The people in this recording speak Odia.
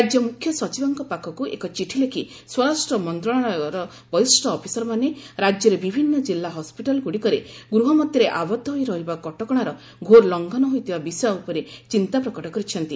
ରାଜ୍ୟ ମୁଖ୍ୟସଚିବଙ୍କ ପାଖକୁ ଏକ ଚିଠି ଲେଖି ସ୍ୱରାଷ୍ଟ୍ରମନ୍ତ୍ରଣାଳୟର ବରିଷ୍ଣ ଅଫିସରମାନେ ରାଜ୍ୟର ବିଭିନ୍ନ କିଲ୍ଲୁ ହସ୍କିଟାଲଗୁଡ଼ିକରେ ଗୃହମଧ୍ୟରେ ଆବଦ୍ଧ ହୋଇ ରହିବା କଟକଣାର ଘୋର ଲଙ୍ଘନ ହୋଇଥିବା ବିଷୟ ଉପରେ ଚିନ୍ତାପ୍ରକଟ କରିଛନ୍ତି